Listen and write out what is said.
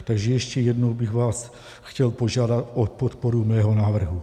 Takže ještě jednou bych vás chtěl požádat o podporu mého návrhu.